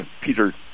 Peter